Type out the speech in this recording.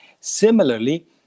Similarly